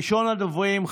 ראשון הדוברים,